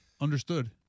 understood